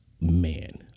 man